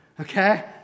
okay